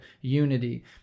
unity